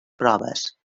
proves